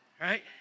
Right